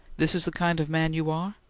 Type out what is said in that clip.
this is the kind of man you are?